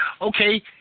Okay